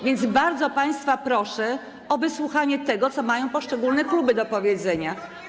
Więc bardzo państwa proszę o wysłuchanie tego, co poszczególne kluby mają do powiedzenia.